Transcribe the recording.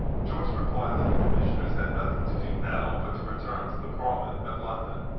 joyce replied that the commissioners had nothing to do now but to return to the parliament at london.